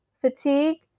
fatigue